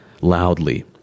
loudly